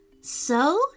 So